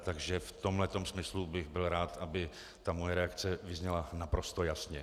Takže v tomhle tom smyslu bych byl rád, aby moje reakce vyzněla naprosto jasně.